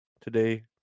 today